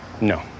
No